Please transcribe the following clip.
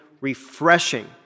refreshing